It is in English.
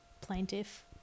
plaintiff